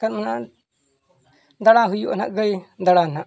ᱠᱷᱟᱱ ᱚᱱᱟ ᱫᱟᱬᱟ ᱦᱩᱭᱩᱜᱼᱟ ᱱᱟᱦᱟᱜ ᱜᱟᱹᱭ ᱫᱟᱬᱟ ᱱᱟᱦᱟᱜ